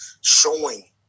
showing